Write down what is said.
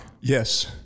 Yes